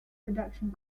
production